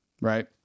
Right